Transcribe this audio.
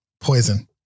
poison